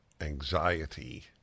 anxiety